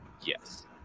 Yes